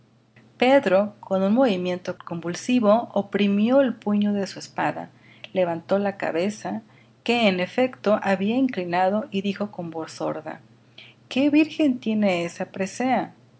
pedro con un movimiento convulsivo oprimió el puño de su espada levantó la cabeza que en efecto había inclinado y dijo con voz sorda qué virgen tiene esa presea